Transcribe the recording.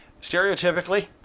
stereotypically